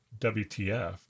WTF